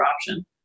option